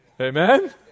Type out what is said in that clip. Amen